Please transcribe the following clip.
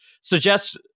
suggest